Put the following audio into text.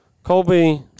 Colby